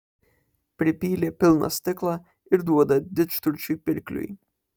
pripylė pilną stiklą ir duoda didžturčiui pirkliui